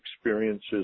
experiences